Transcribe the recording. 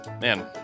man